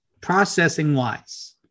processing-wise